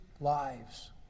lives